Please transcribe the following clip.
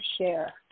share